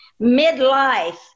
midlife